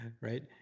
right